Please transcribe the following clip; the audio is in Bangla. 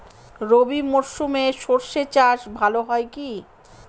রবি মরশুমে সর্ষে চাস ভালো হয় কি?